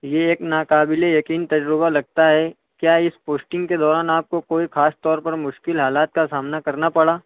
یہ ایک ناقابل یقین تجربہ لگتا ہے کیا اس پوسٹنگ کے دوران آپ کو کوئی خاص طور پر مشکل حالات کا سامنا کرنا پڑا